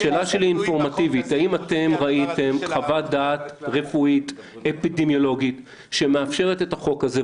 האם ראיתם חוות דעת רפואית-אפידמיולוגית שמאפשרת את החוק הזה,